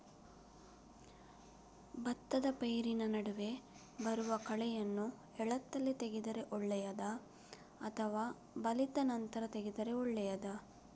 ಭತ್ತದ ಪೈರಿನ ನಡುವೆ ಬರುವ ಕಳೆಯನ್ನು ಎಳತ್ತಲ್ಲಿ ತೆಗೆದರೆ ಒಳ್ಳೆಯದಾ ಅಥವಾ ಬಲಿತ ನಂತರ ತೆಗೆದರೆ ಒಳ್ಳೆಯದಾ?